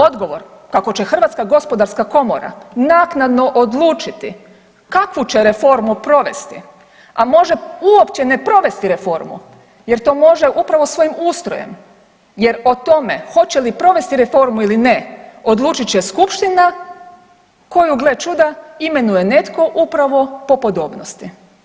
Odgovor kako će HGK naknadno odlučiti kakvu će reformu provesti, a može uopće ne provesti reformu, jer to može upravo svojim ustrojem, jer o tome hoće li provesti reformu ili ne odlučit će Skupština, koju gle čuda, imenuje netko upravo po podobnosti.